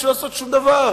שום דבר,